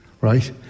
right